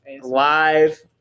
live